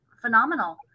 phenomenal